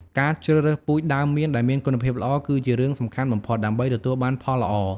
ការជ្រើសរើសពូជដើមមៀនដែលមានគុណភាពល្អ គឺជារឿងសំខាន់បំផុតដើម្បីទទួលបានផលល្អ។